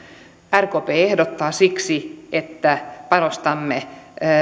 rkp ehdottaa siksi että panostamme